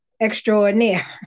extraordinaire